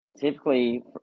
Typically